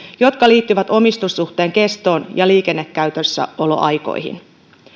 jotka liittyvät omistussuhteen kestoon ja liikennekäytössäoloaikoihin